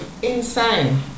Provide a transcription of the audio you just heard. Insane